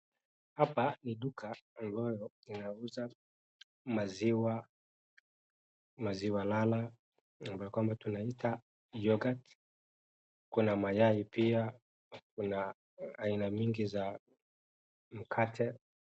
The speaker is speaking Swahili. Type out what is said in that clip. Hapa ni duka ambayo inauza maziwa, maziwa lala ambayo kwamba tunaita yorghurt kuna mayai pia kuna aina nyingi za mkate.